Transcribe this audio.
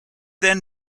then